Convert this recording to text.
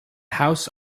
house